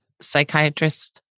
psychiatrist